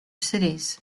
cities